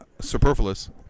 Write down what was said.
Superfluous